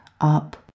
up